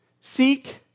seek